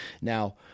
Now